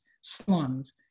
slums